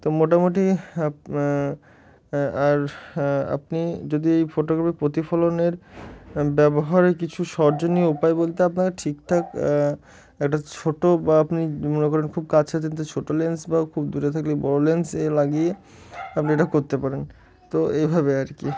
তো মোটামুটি আপ আর আপনি যদি এই ফটোগ্রাফি প্রতিফলনের ব্যবহারে কিছু সৃজনশীল উপায় বলতে আপনাকে ঠিকঠাক একটা ছোট বা আপনি মনে করেন খুব কাছে যেতে ছোট লেন্স বা খুব দূরে থাকলে বড় লেন্সে লাগিয়ে আপনি এটা করতে পারেন তো এইভাবে আর কি